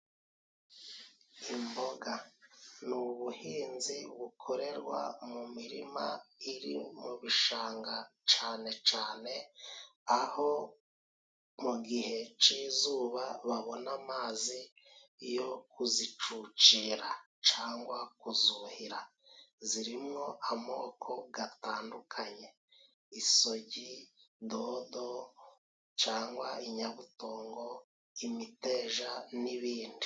Imboga. Ni ubuhinzi bukorerwa mu mirima iri mu bishanga cane cane aho mu gihe c'izuba babona amazi yo kuzicucira cangwa kuzuhira. Zirimo amoko gatandukanye isogi, dodo cangwa inyabutongo, imiteja, n'ibindi.